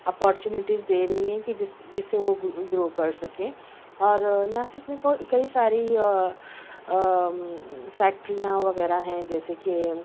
opportunities دے رہی ہے کہ جس جس سے وہ گرو گرو کر سکیں اور ناسک میں کئی ساری فیکٹریاں وغیرہ ہیں جیسے کہ